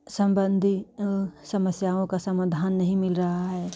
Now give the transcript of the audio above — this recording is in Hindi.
संबंधी समस्याओं का समाधान नहीं मिल रहा है